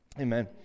Amen